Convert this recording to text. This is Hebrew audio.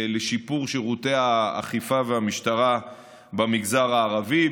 לשיפור שירותי האכיפה והמשטרה במגזר הערבי.